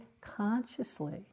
consciously